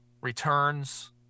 Returns